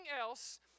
else